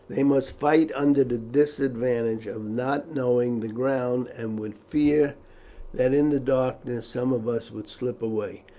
they must fight under the disadvantage of not knowing the ground, and would fear that in the darkness some of us would slip away.